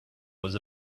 was